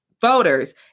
Voters